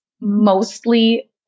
mostly